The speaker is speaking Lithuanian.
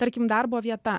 tarkim darbo vieta